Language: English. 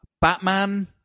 Batman